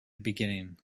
beginning